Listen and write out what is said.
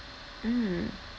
mm